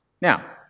Now